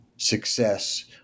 success